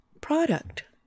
product